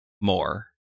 more